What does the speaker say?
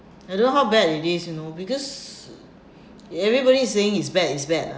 I don't know how bad it is you know because everybody it's saying it's bad it's bad lah